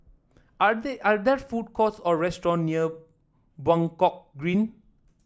are are there food courts or restaurant near Buangkok Green